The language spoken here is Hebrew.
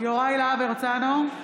יוראי להב הרצנו,